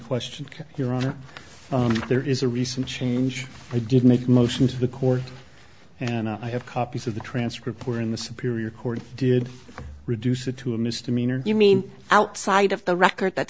question your honor there is a recent change i did make motions to the court and i have copies of the transcript here in the superior court did reduce it to a misdemeanor you mean outside of the record that